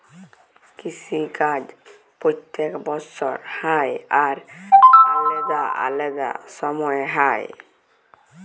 কিসি কাজ প্যত্তেক বসর হ্যয় আর আলেদা আলেদা সময়ে হ্যয়